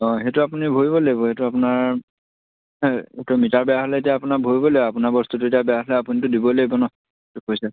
অঁ সেইটো আপুনি ভৰিব লাগিব এইটো আপোনাৰ এইটো মিটাৰ বেয়া হ'লে এতিয়া আপোনাৰ ভৰিবই লাগিব আপোনাৰ বস্তুটো এতিয়া বেয়া হ'লে আপুনিটো দিবই লাগিব নহ্